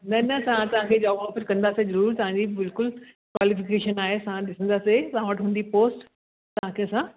न न तव्हांखे जॉब ऑफर कंदासीं ज़रूरु तव्हांखे बिल्कुकु क्वालिफिकेशन आहे असां ॾिसंदासीं असां वटि हूंदी पोस्ट तव्हांखे असां